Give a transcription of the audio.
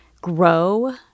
grow